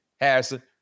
Harrison